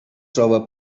troba